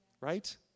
Right